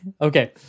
Okay